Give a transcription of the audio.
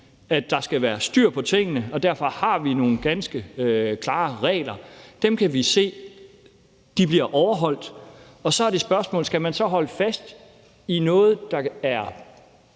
at der skal være styr på tingene, og derfor har vi nogle ganske klare regler. Dem kan vi se bliver overholdt, og så er det spørgsmålet, om man skal holde fast i noget, der er